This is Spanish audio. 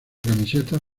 camisetas